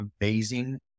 amazing